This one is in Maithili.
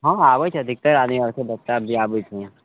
हँ आबय छै अधिकतर आदमी आओर छै डॉक्टर जे आबय छै